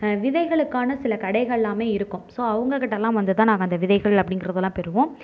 விதைகளுக்கான சில கடைகளெலாமே இருக்கும் ஸோ அவங்க கிட்டெலாம் வந்து தான் நாங்கள் அந்த விதைகள் அப்படிங்கிறதெல்லாம் பெறுவோம்